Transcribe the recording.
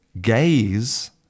gaze